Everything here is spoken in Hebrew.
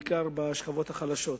בעיקר בשכבות החלשות,